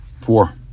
four